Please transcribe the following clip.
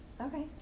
Okay